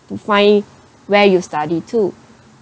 to find where you study to